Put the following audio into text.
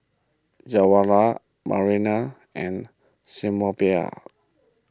Jawaharlal Naraina and Sinnathamby